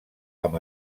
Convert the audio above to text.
amb